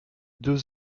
deux